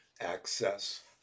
Access